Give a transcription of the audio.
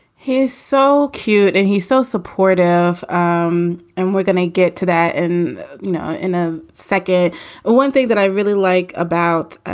he's so cute and he's so supportive. um and we're gonna get to that in you know in a second. and one thing that i really like about